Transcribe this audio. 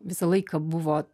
visą laiką buvo